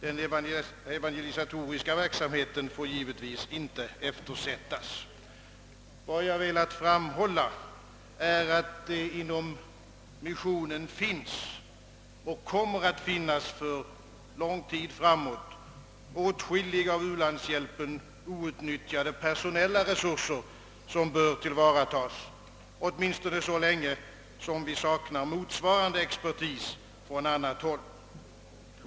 Den evangelisatoriska verksamheten får givetvis inte eftersättas. Vad jag velat framhålla är att det inom missionen finns — och kommer att finnas för lång tid framåt — åtskilliga av u-landshjälpen outnyttjade personella resurser som bör tillvaratas, åtminstone så länge som vi saknar motsvarande expertis från annat håll.